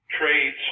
trades